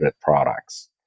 products